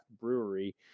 Brewery